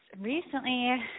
recently